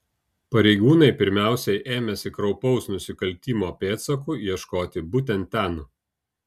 pareigūnai pirmiausia ėmėsi kraupaus nusikaltimo pėdsakų ieškoti būtent ten